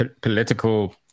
political